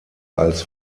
als